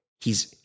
he's-